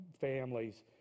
families